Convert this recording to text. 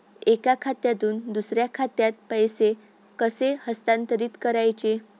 एका खात्यातून दुसऱ्या खात्यात पैसे कसे हस्तांतरित करायचे